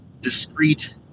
discreet